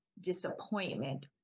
disappointment